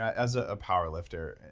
as a power lifter,